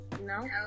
no